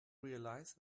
realize